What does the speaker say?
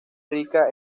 rica